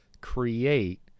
create